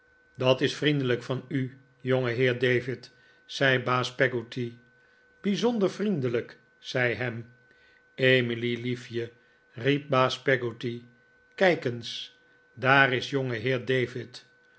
dat is vriendelijk van u jongeheer david zei baas peggotty bijzonder vriendelijk zei ham emily liefje riep baas peggotty kijk eens daar is jongeheer david